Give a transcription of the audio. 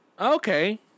Okay